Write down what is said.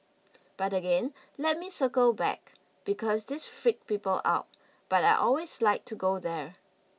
but again let me circle back because this freaks people out but I always like to go there